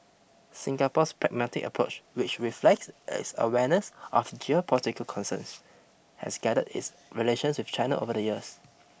Singapore's pragmatic approach which reflects its awareness of geopolitical concerns has guided its relations with China over the years